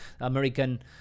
American